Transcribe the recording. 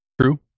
true